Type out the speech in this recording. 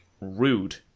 Rude